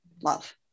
love